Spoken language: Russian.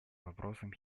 вопросам